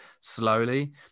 slowly